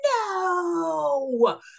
no